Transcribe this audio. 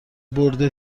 برد